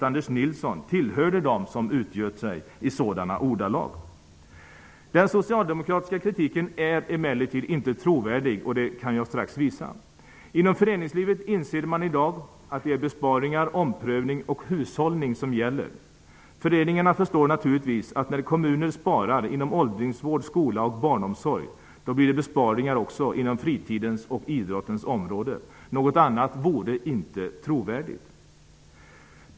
Nilsson, tillhörde dem som utgöt sig i sådana ordalag. Den socialdemokratiska kritiken är emellertid inte trovärdig; det kan jag strax visa exempel på. Inom föreningslivet inser man i dag att det är besparing, omprövning och hushållning som gäller. Föreningarna förstår naturligtvis att när kommuner sparar inom åldringsvård, skola och barnomsorg, blir det också besparingar på fritidens och idrottens område. Något annat vore inte trovärdigt.